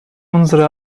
unsere